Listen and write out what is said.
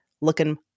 looking